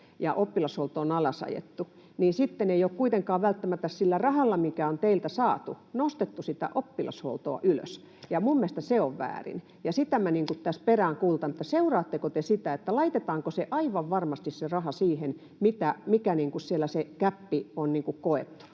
— oppilashuoltoa on alas ajettu — niin sitten ei ole kuitenkaan välttämättä sillä rahalla, mikä on teiltä saatu, nostettu sitä oppilashuoltoa ylös, ja minun mielestäni se on väärin. Ja sitä minä tässä peräänkuulutan, että seuraatteko te sitä, laitetaanko se raha aivan varmasti siihen, mikä siellä on se koettu